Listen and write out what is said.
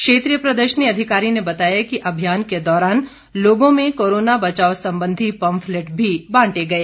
क्षेत्रीय प्रदर्शनी अधिकारी ने बताया कि अभियान के दौरान लोगों में कोरोना बचाव संबंधी पंफलेट भी बांटे गए